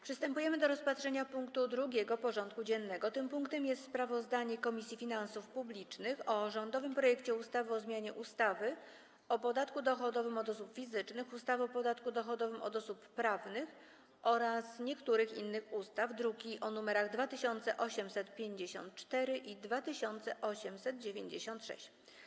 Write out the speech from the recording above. Przystępujemy do rozpatrzenia punktu 2. porządku dziennego: Sprawozdanie Komisji Finansów Publicznych o rządowym projekcie ustawy o zmianie ustawy o podatku dochodowym od osób fizycznych, ustawy o podatku dochodowym od osób prawnych oraz niektórych innych ustaw (druki nr 2854 i 2896)